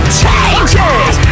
changes